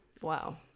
wow